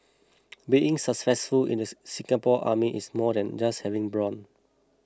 being in successful in the Singapore Army is more than just having brawn